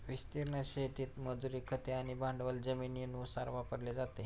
विस्तीर्ण शेतीत मजुरी, खते आणि भांडवल जमिनीनुसार वापरले जाते